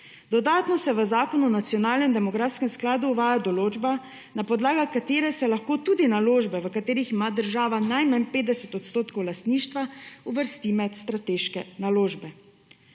Dodatno se v Zakonu o nacionalnem demografskem skladu uvaja določba, na podlagi katere se lahko tudi naložbe, v katerih ima država najmanj 50 % lastništva, uvrsti med strateške naložbe.